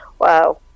Wow